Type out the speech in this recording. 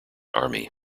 army